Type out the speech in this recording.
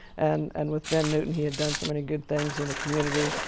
and and with ben newton, he had done so many good things in the community.